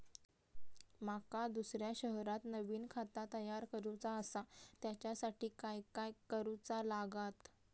माका दुसऱ्या शहरात नवीन खाता तयार करूचा असा त्याच्यासाठी काय काय करू चा लागात?